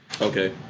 okay